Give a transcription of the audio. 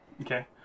Okay